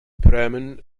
pruimen